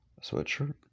sweatshirt